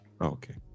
Okay